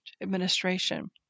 administration